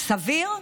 סביר?